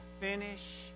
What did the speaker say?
finish